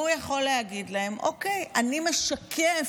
הוא יכול להגיד להם: אוקיי, אני משקף